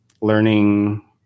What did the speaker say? learning